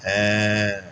ऐं